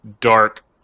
dark